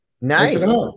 Nice